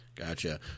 Gotcha